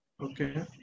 okay